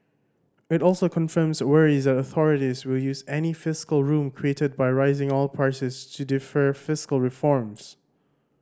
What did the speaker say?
it also confirms worries that authorities will use any fiscal room created by rising oil prices to defer fiscal reforms